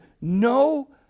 no